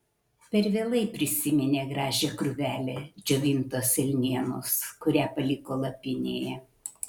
per vėlai prisiminė gražią krūvelę džiovintos elnienos kurią paliko lapinėje